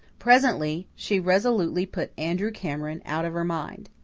presently, she resolutely put andrew cameron out of her mind.